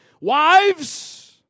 Wives